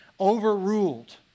overruled